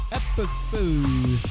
episode